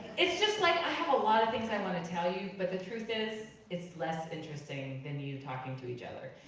it's just like, i have a lot of things i wanna tell you, but the truth is, it's less interesting than you talking to each other.